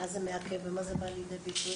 למה זה מעכב, במה זה בא לידי ביטוי?